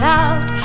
out